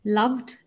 loved